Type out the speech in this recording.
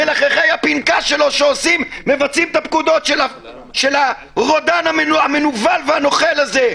מלחכי הפנכה שלו שמבצעים את הפקודות של הרודן המנוול והנוכל הזה.